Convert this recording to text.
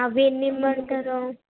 అవి ఎన్ని ఇమ్మంటారూ